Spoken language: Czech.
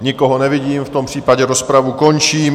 Nikoho nevidím, v tom případě rozpravu končím.